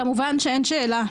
כמובן שאין שאלה,